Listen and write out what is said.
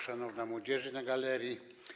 Szanowna Młodzieży na galerii!